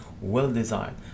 Well-designed